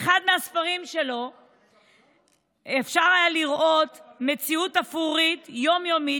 באחד הספרים שלו אפשר היה לראות מציאות אפרורית יום-יומית,